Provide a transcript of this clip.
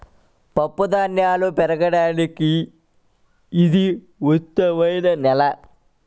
పప్పుధాన్యాలు పెరగడానికి ఇది ఉత్తమమైన నేల